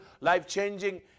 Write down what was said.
life-changing